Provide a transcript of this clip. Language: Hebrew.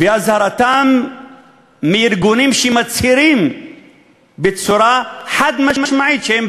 ואזהרתם מפני ארגונים שמצהירים בצורה חד-משמעית שהם